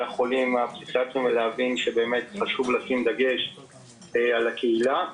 החולים הפסיכיאטריים ולהבין שבאמת חשוב לשים דגש על הקהילה.